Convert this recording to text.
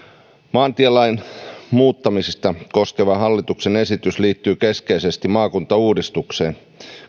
maantielain muuttamista koskeva hallituksen esitys liittyy keskeisesti maakuntauudistukseen